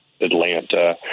Atlanta